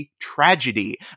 Tragedy